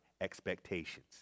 expectations